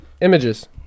Images